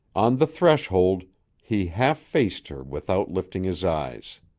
on the threshold he half-faced her without lifting his eyes.